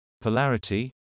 polarity